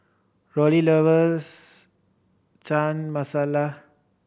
Roxie loves Chana Masala